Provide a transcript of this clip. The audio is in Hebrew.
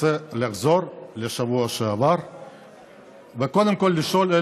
רוצה לחזור לשבוע שעבר וקודם כול לשאול: